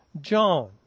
John